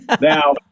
Now